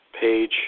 page